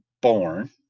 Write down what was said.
born